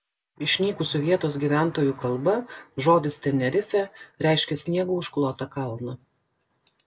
išnykusių vietos gyventojų kalba žodis tenerifė reiškia sniegu užklotą kalną